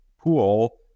pool